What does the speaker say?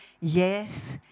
Yes